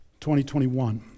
2021